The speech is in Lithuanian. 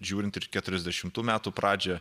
žiūrint ir į keturiasdešimtų metų pradžią